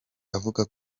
avuga